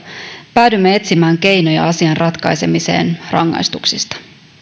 päädymme etsimään keinoja asian ratkaisemiseen rangaistuksista